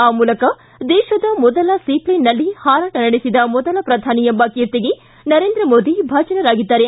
ಆ ಮೂಲಕ ದೇಶದ ಮೊದಲ ಸೀ ಫ್ಷೇನ್ನಲ್ಲಿ ಪಾರಾಟ ನಡೆಸಿದ ಮೊದಲ ಪ್ರಧಾನಿ ಎಂಬ ಕೀರ್ತಿಗೆ ನರೇಂದ್ರ ಮೋದಿ ಭಾಜನರಾಗಿದ್ದಾರೆ